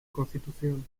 constitución